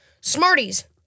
Smarties